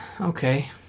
Okay